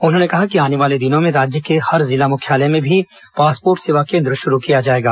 उन्होंने कहा कि आने वाले दिनों में राज्य के हर जिले मुख्यालय में पासपोर्ट सेवा केन्द्र श्रू किया जाएगा